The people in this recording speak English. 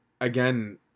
again